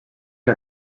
que